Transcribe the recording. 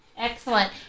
Excellent